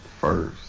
first